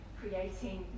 creating